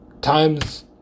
times